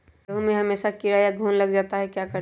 गेंहू में हमेसा कीड़ा या घुन लग जाता है क्या करें?